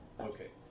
Okay